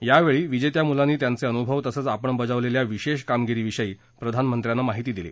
यावेळी विजेत्या मुलांनी त्यांचे अनुभव तसंच आपण बजावलेल्या विशेष कामगिरीविषयी प्रधानमंत्र्यांना माहिती दिली